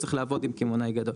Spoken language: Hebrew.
הוא צריך לעבוד עם קמעונאי גדול.